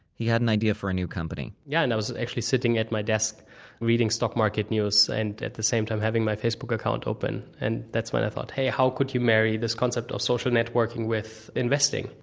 he had an idea for a new company yeah, and i was actually sitting at my desk reading stock market news and at the same time having my facebook account open. and that's when i thought, hey, how could you marry this concept of social networking with investing?